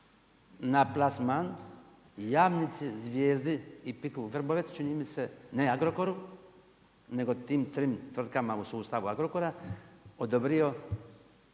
na plasman Jamnice, Zvijezde i Pik Vrbovec, čini mi se, ne Agrokoru nego tim trim tvrtkama u sustavu Agrokora odobrio